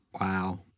Wow